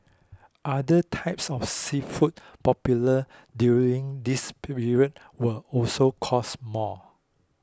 other types of seafood popular during this period will also cost more